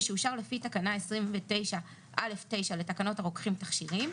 ושאושר לפי תקנה 29(א)(9) לתקנות הרוקחים (תכשירים),